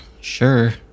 sure